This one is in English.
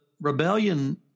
rebellion